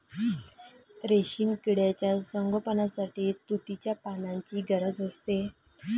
रेशीम किड्यांच्या संगोपनासाठी तुतीच्या पानांची गरज असते